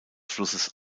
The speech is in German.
flusses